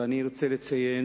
ואני רוצה לציין